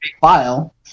file